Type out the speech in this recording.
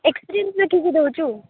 experience ଦେଖିକି ଦେଉଛୁ